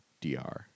DR